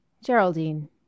Geraldine